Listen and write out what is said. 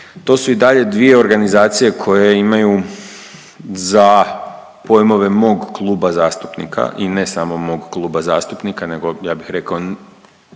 to su i dalje dvije organizacije koje imaju za pojmove mog kluba zastupnika i ne samo mog kluba zastupnika, nego ja bih rekao